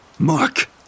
Mark